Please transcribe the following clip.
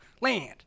land